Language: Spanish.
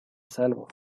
salvo